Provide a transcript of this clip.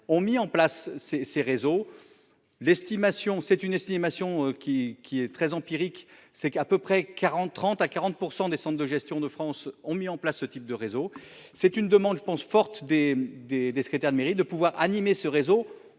ont mis en place ces ces réseaux. L'estimation c'est une estimation qui qui est très empirique, c'est qu'à peu près 40, 30 à 40% des sortes de gestion de France ont mis en place ce type de réseau, c'est une demande je pense forte des des des secrétaires de mairie de pouvoir animer ce réseau,